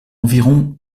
environ